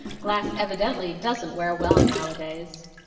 glass evidently doesn't wear well now-a-days.